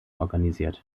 organisiert